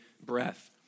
breath